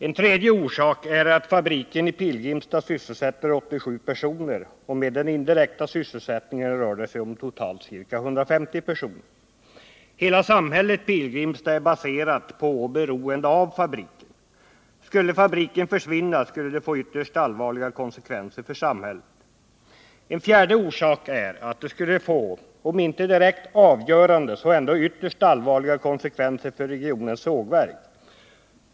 En tredje orsak är att fabriken i Pilgrimstad sysselsätter 87 personer — med den indirekta sysselsättningen rör det sig totalt om ca 150 personer. Hela samhället Pilgrimstad är baserat på och beroende av fabriken. Skulle fabriken försvinna, skulle det få ytterst allvarliga konsekvenser för samhället. En fjärde orsak är att det skulle få om inte direkt avgörande så ändock ytterst allvarliga konsekvenser för regionens sågverk.